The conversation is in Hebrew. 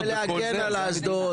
המדינה משקיעה בלהגן על האסדות,